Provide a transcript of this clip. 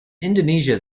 indonesia